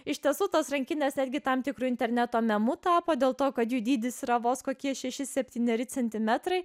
iš tiesų tos rankinės netgi tam tikru interneto memu tapo dėl to kad jų dydis yra vos kokie šeši septyneri centimetrai